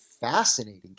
fascinating